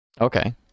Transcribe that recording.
Okay